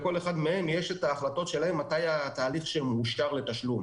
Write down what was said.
לכל אחד מהם יש את ההחלטות שלהם מתי התהליך שמאושר לתשלום